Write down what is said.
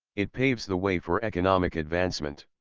it paves the way for economic advancement.